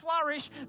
flourish